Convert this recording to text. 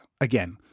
again